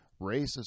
racist